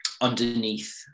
underneath